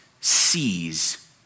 sees